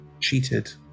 cheated